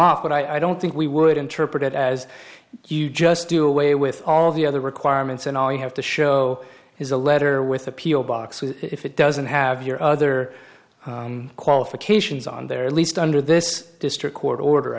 off but i don't think we would interpret it as you just do away with all the other requirements and all you have to show is a letter with appeal box if it doesn't have your other qualifications on there at least under this district court order